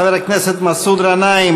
חבר הכנסת מסעוד גנאים,